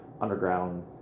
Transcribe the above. underground